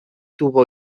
tuvo